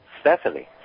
Stephanie